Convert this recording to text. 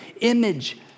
image